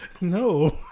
no